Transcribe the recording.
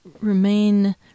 remain